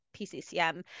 PCCM